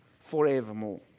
forevermore